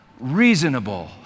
reasonable